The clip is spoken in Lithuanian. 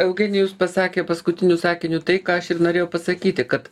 eugenijus pasakė paskutiniu sakiniu tai ką aš ir norėjau pasakyti kad